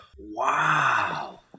Wow